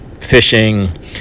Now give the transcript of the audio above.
fishing